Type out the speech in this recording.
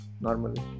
normally